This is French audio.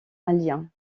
lien